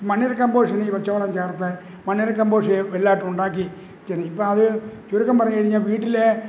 മണ്ണിര കമ്പോഷിനീ പച്ചവളം ചേർത്ത് മണ്ണിര കമ്പോഷ് എല്ലാമിട്ടുണ്ടാക്കി ചെറ് ഇപ്പോഴത് ചുരുക്കം പറഞ്ഞുകഴിഞ്ഞാല് വീട്ടില്